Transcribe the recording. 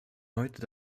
heute